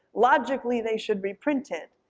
logically, they should reprint it.